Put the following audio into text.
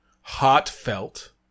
heartfelt